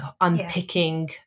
unpicking